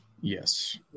Yes